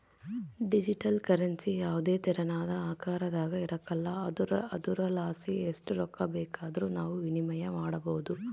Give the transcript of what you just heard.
digital currency ಯಾವುದೇ ತೆರನಾದ ಆಕಾರದಾಗ ಇರಕಲ್ಲ ಆದುರಲಾಸಿ ಎಸ್ಟ್ ರೊಕ್ಕ ಬೇಕಾದರೂ ನಾವು ವಿನಿಮಯ ಮಾಡಬೋದು